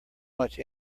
much